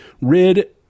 rid